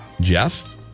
Jeff